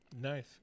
Nice